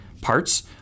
parts